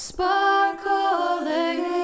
Sparkling